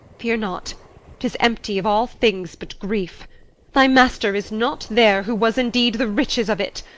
fear not tis empty of all things but grief thy master is not there, who was indeed the riches of it.